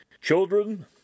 Children